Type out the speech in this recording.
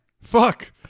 Fuck